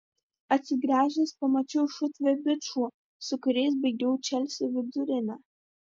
atsigręžęs pamačiau šutvę bičų su kuriais baigiau čelsio vidurinę